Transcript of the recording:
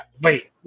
Wait